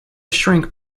shrank